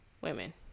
women